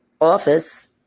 office